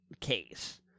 case